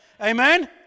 amen